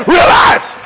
Realize